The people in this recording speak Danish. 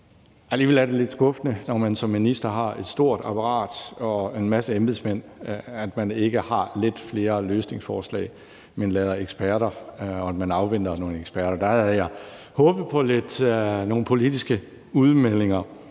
Alligevel er det lidt skuffende, når man som minister har et stort apparat og en masse embedsmænd, at man ikke har lidt flere løsningsforslag, men afventer nogle eksperter. Der havde jeg håbet på nogle politiske udmeldinger.